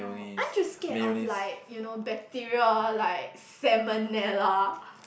oh ain't you scared of like you know bacteria like Salmonella